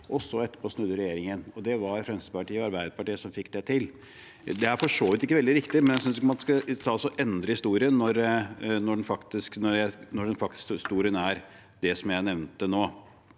og så snur regjeringen etterpå – det var Fremskrittspartiet og Arbeiderpartiet som fikk dette til. Det er for så vidt ikke veldig viktig, men jeg synes ikke man skal endre historien når den faktiske historien er slik som jeg nevnte nå.